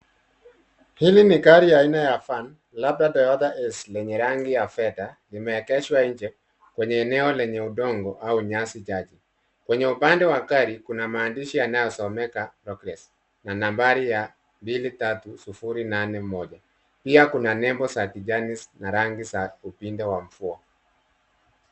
Hili ni gari aina ya Van labda Toyata Hiace lenye rangi ya fedha limeegeshwa nje kwenye eneo lenye udongo au nyasi chache. Kwenye upande wa gari kuna maandishi yanayosomeka progress na nambari ya 23081 pia kuna nebo za kijani na rangi za upinde wa mvua.